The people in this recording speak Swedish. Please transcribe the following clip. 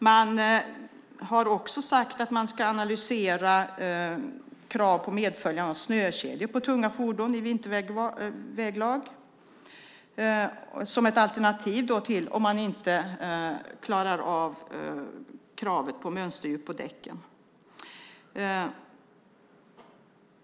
Man har också sagt att man ska analysera krav på medföljande av snökedjor på tunga fordon i vinterväglag, detta som ett alternativ ifall fordonen inte klarar av kravet på mönsterdjup på däcken.